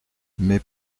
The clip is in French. mais